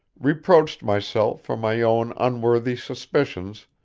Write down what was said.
reproached myself for my own unworthy suspicions,